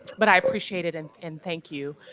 but i appreciate it. and and thank you.